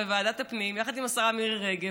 וועדת הפנים יחד עם השרה מירי רגב,